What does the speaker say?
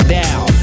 down